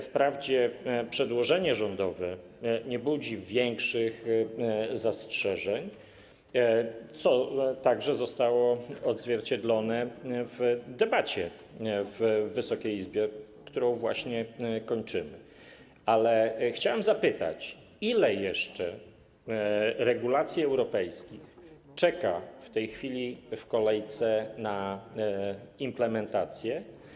Wprawdzie przedłożenie rządowe nie budzi większych zastrzeżeń, co zostało odzwierciedlone także podczas debaty w Wysokiej Izbie, którą właśnie kończymy, ale chciałem zapytać: Ile jeszcze regulacji europejskich w tej chwili czeka w kolejce na implementację?